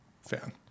fan